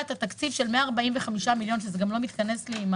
את התקציב של 145 מיליון שקלים שזה גם לא מתכנס לי עם